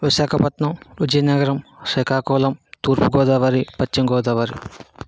Visakhapatnam Vizianagaram Srikakulam Thurpu Godavari Paschima Godavari